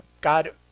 God